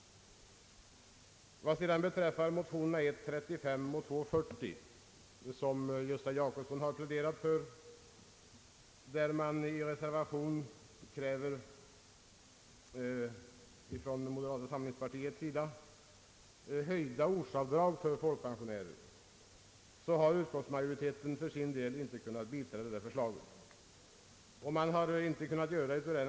Vad sedan gäller motionerna 1:35 och II:40, som herr Gösta Jacobsson har pläderat för, kräver moderata samlingspartiet i en reservation höjda ortsavdrag för folkpensionärer. Utskottsmajoriteten kan inte biträda det förslaget.